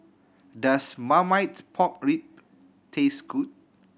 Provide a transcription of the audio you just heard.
does marmite pork rib taste good